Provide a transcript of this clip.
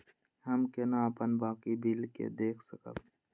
हम केना अपन बाकी बिल के देख सकब?